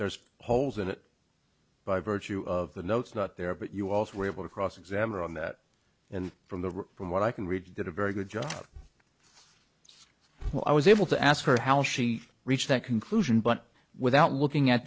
there's holes in it by virtue of the notes not there but you also were able to cross examine on that and from the from what i can read did a very good job well i was able to ask her how she reached that conclusion but without looking at